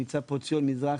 נמצא פה ציון מזרחי,